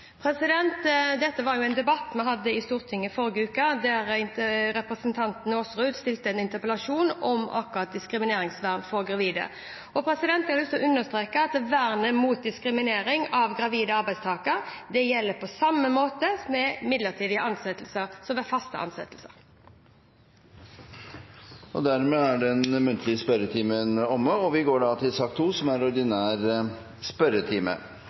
Dette var en debatt vi hadde i Stortinget i forrige uke, der representanten Aasrud stilte en interpellasjon om akkurat diskrimineringsvern for gravide. Jeg har lyst til å understreke at vernet mot diskriminering av gravide arbeidstakere gjelder på samme måte ved midlertidige ansettelser som ved faste ansettelser. Dermed er den muntlige spørretimen omme.